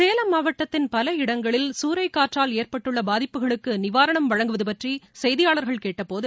சேலம் மாவட்டத்தின் பல இடங்களில் சூறைக்காற்றால் ஏற்பட்டுள்ள பாதிப்புகளுக்கு நிவாரணம் வழங்குவது பற்றி செய்தியாளர்கள் கேட்ட போது